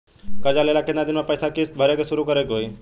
कर्जा लेला के केतना दिन बाद से पैसा किश्त भरे के शुरू करे के होई?